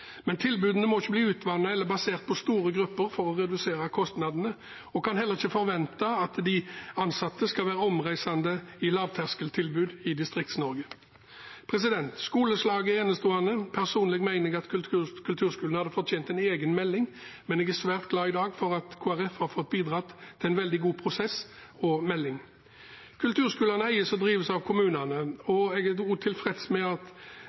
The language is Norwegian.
men tilbudene må ikke bli utvannet eller basert på store grupper for å redusere kostnadene, og man kan heller ikke forvente at de ansatte skal være omreisende i lavterskeltilbud i Distrikts-Norge. Skoleslaget er enestående. Personlig mener jeg at kulturskolene hadde fortjent en egen melding, men jeg er svært glad i dag for at Kristelig Folkeparti har bidratt til en veldig god prosess og melding. Kulturskolene eies og drives av kommunene, og jeg er tilfreds med at